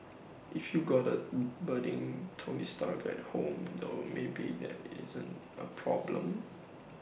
if you got A budding tony stark at home though maybe that isn't A problem